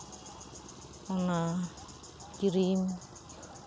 ᱚᱱᱟ ᱠᱨᱤᱢ